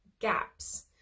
gaps